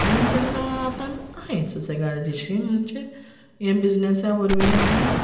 आनी तेक लागून आत आम आहाय सुसेगाद अेशीं म्हुणचे ये बिजनसा वोरवीं आमी